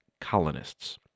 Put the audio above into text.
colonists